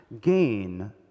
Gain